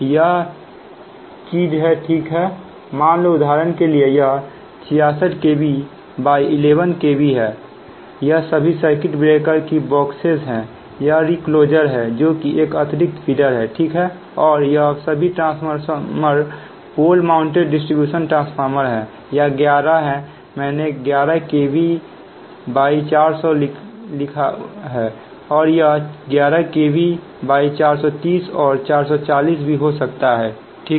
यह चीज है ठीक है मान लो उदाहरण के लिए यह 66kv 11kv हैयह सभी सर्किट ब्रेकर की बॉक्सेस हैं यह रिक्लोजर है जो कि एक अतिरिक्त फीडर है ठीक है और यह सभी transformer pole mounted distribution transformer है या ग्यारह है मैंने 11 kv 400 volt लिखा है और यह 11kv 430 और 440 भी हो सकता है ठीक है